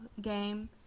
game